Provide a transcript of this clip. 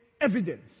evidence